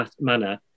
manner